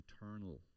eternal